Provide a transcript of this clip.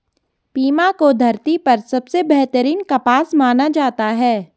Pima को धरती पर सबसे बेहतरीन कपास माना जाता है